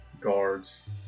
guards